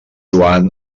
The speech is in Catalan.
joan